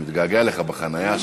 אני מתגעגע אליך בחניה.